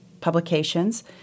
publications